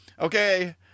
okay